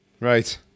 Right